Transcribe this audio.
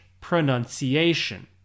pronunciation